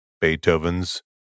Beethoven's